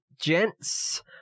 gents